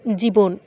জীবন